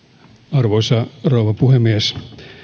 arvoisa rouva puhemies